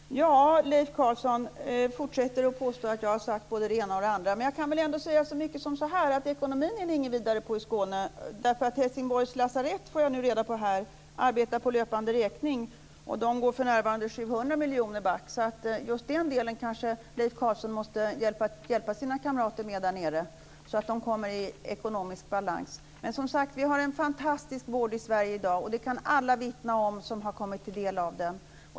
Fru talman! Leif Carlson fortsätter att påstå att jag har sagt både det ena och det andra. Men ni är inget vidare på ekonomi i Skåne. Jag fick nu reda på att Helsingborgs lasarett arbetar på löpande räkning. För närvarande går man 700 miljoner back. I just den delen måste Leif Carlson kanske hjälpa sina kamrater där nere så att de kommer i ekonomisk balans. Men, som sagt, vi har en fantastisk vård i Sverige i dag. Det kan alla vittna om som har tagit del av den.